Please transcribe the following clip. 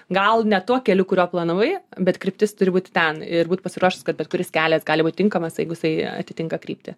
gal ne tuo keliu kuriuo planavai bet kryptis turi būti ten ir būt pasiruošus kad bet kuris kelias gali būt tinkamas jeigu jisai atitinka kryptį